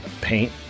paint